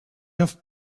have